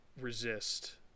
resist